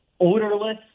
odorless